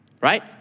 right